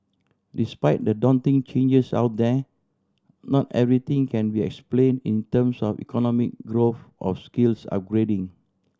despite the daunting changes out there not everything can be explain in terms of economic growth or skills upgrading